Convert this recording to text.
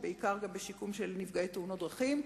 ובעיקר גם בשיקום של נפגעי תאונות דרכים.